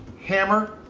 hammer.